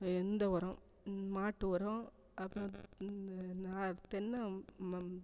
எந்த உரம் மாட்டு உரம் அப்புறம் இந்த என்ன தென்னை ம